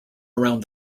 around